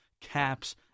caps